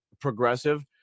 progressive